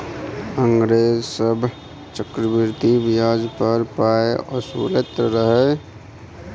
अंग्रेज सभ चक्रवृद्धि ब्याज पर पाय असुलैत रहय